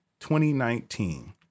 2019